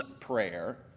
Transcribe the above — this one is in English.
prayer